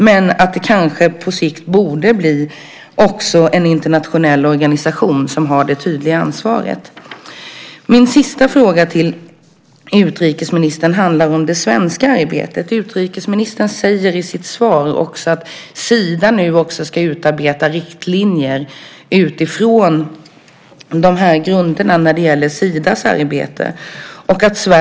Men det kanske på sikt borde bli en internationell organisation som har det tydliga ansvaret. Min sista fråga till utrikesministern handlar om det svenska arbetet. Utrikesministern säger i sitt svar att Sida nu ska utarbeta riktlinjer utifrån dessa grunder när det gäller Sidas arbete.